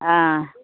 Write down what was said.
आं